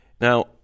now